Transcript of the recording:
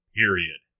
period